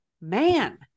man